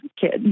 kid